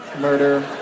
Murder